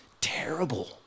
terrible